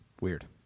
Weird